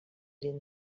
den